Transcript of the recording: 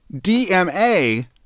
D-M-A